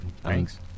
thanks